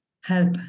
help